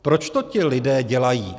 Proč to ti lidé dělají?